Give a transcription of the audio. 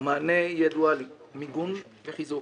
המענה יהיה דואלי, מיגון וחיזוק.